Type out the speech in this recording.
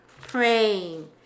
praying